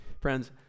Friends